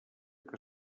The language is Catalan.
que